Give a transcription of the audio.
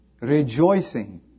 rejoicing